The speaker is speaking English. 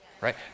right